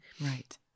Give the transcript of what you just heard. Right